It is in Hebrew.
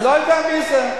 אני לא יודע מי זה.